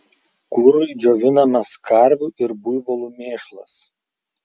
kurui džiovinamas karvių ir buivolų mėšlas